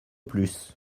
plus